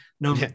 no